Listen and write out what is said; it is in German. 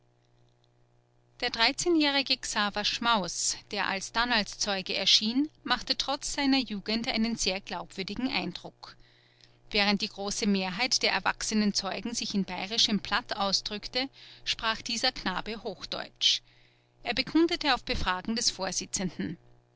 der dreizehnjährige xaver schmauß der alsdann als zeuge erschien machte trotz seiner jugend einen sehr glaubwürdigen eindruck während die große mehrheit der erwachsenen zeugen sich in bayerischem platt ausdrückte sprach dieser knabe hochdeutsch er bekundete auf befragen des vorsitzenden